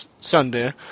Sunday